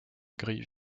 grille